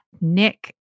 Nick